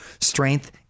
strength